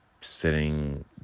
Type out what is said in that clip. sitting